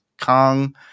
kong